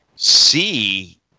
see